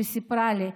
שסיפרה לי,